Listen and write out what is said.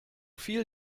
viel